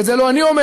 ואת זה לא אני אומר,